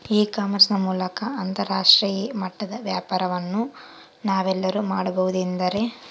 E commerce ನ ಮೂಲಕ ಅಂತರಾಷ್ಟ್ರೇಯ ಮಟ್ಟದ ವ್ಯಾಪಾರವನ್ನು ನಾವೆಲ್ಲರೂ ಮಾಡುವುದೆಂದರೆ?